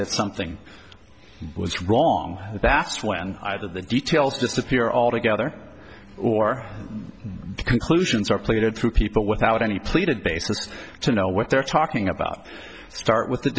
that something was wrong that's when either the details disappear altogether or conclusions are plated through people without any pleated basis to know what they're talking about start with the